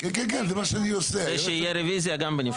כדי שיהיה רביזיה גם בנפרד.